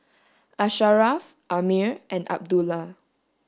Asharaff Ammir and Abdullah